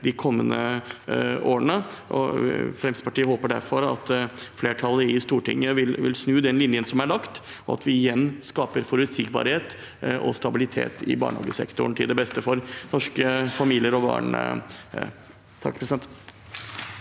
de kommende årene. Fremskrittspartiet håper derfor at flertallet i Stortinget vil snu den linjen som er lagt, og at vi igjen skaper forutsigbarhet og stabilitet i barnehagesektoren, til beste for norske familier og barn. Hege